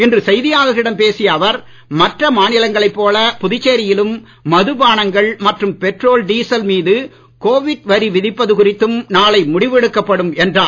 இன்று செய்தியாளர்களிடம் பேசிய அவர் மற்ற மாநிலங்களைப் போல புதுச்சேரியிலும் மதுபானங்கள் மற்றும் பெட்ரோல் டீசல் மீது கோவிட் வரி விதிப்பது குறித்தும் நாளை முடிவெடுக்கப்படும் என்றார்